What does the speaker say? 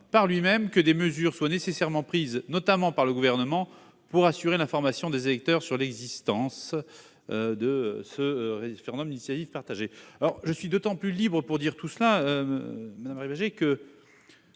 par lui-même, que des mesures soient nécessairement prises, notamment par le Gouvernement, pour assurer l'information des électeurs sur l'existence » d'un référendum d'initiative partagée. Je suis d'autant plus libre de le dire, madame Harribey, que,